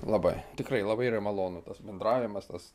labai tikrai labai yra malonu tas bendravimas tas